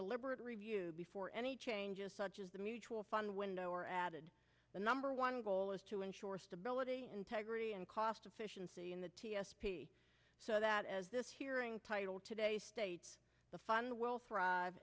deliberate review before any changes such as the mutual fund window are added the number one goal is to ensure stability integrity and cost efficiency in the t s p so that as this hearing title today states the fund will thrive